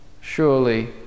surely